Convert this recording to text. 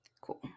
cool